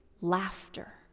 laughter